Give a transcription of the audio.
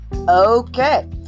Okay